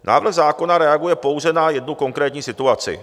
Návrh zákona reaguje pouze na jednu konkrétní situaci.